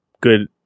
good